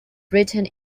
written